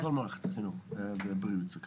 הפער גדל ובכל מערכת החינוך והבריאות זה ככה.